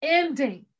ending